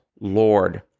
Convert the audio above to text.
Lord